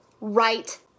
right